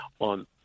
on